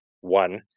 one